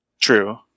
True